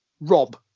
rob